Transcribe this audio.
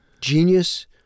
Genius